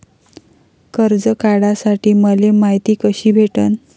कर्ज काढासाठी मले मायती कशी भेटन?